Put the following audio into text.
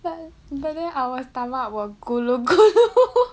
but but then our stomach will 咕噜咕噜